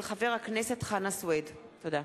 תודה.